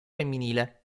femminile